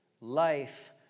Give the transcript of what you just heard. life